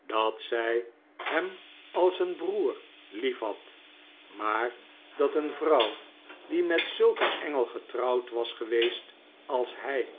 dat zij hem als een broer lief had maar dat een vrouw die met zulk een engel getrouwd was geweest als hij